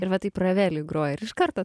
ir va taip ravelį groji ir iš karto